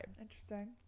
Interesting